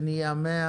זה נהיה 100,